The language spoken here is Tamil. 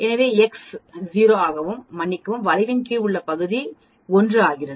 எனவே எக்ஸ் 0 ஆகவும் மன்னிக்கவும் வளைவின் கீழ் உள்ள பகுதி 1 ஆகிறது